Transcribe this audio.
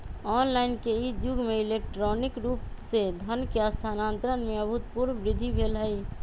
online के इ जुग में इलेक्ट्रॉनिक रूप से धन के स्थानान्तरण में अभूतपूर्व वृद्धि भेल हइ